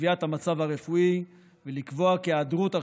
בקביעת המצב הרפואי ולקבוע כי ההיעדרות על